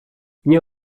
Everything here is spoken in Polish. nie